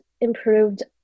improved